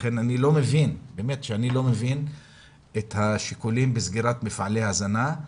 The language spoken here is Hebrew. לכן באמת אני לא מבין את השיקולים בסגירת מפעלי ההזנה.